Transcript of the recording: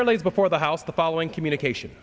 early before the house the following communication